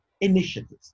initiatives